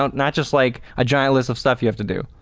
not not just like a giant list of stuff you have to do,